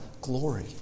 glory